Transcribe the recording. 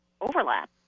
overlap